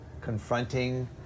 confronting